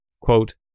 quote